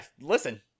listen